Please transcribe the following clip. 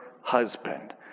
husband